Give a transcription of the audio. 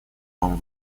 вам